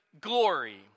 glory